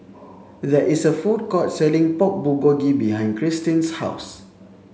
there is a food court selling Pork Bulgogi behind Cristine's house